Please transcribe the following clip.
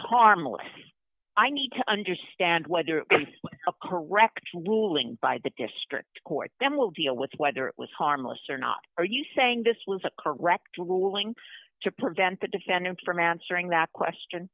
harmless i need to understand whether a correct ruling by the district court then we'll deal with whether it was harmless or not are you saying this was a correct ruling to prevent the defendant from answering that question